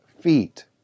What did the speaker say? feet